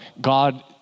God